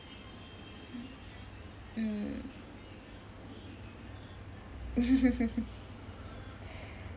mm